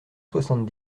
soixante